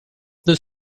this